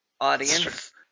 audience